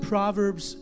Proverbs